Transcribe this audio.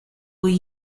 will